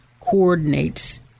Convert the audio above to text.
coordinates